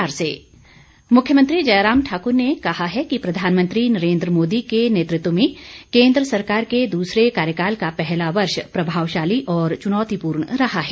मुख्यमंत्री मुख्यमंत्री जयराम ठाक्र ने कहा है कि प्रधानमंत्री नरेन्द्र मोदी के नेतृत्व में केन्द्र सरकार के दूसरे कार्यकाल का पहला वर्ष प्रभावशाली और चुनौतीपूर्ण रहा है